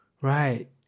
Right